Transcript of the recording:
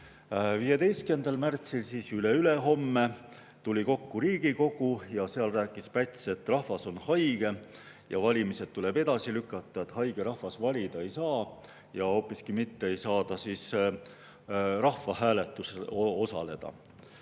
15. märtsil, siis üle-ülehomme [90 aastat tagasi] tuli kokku Riigikogu ja seal rääkis Päts, et rahvas on haige ja valimised tuleb edasi lükata, et haige rahvas valida ei saa, hoopiski mitte ei saa ta rahvahääletusel osaleda.